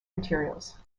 materials